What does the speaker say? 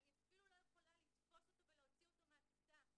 אני אפילו לא יכולה לתפוס אותו ולהוציא אותו מהכיתה.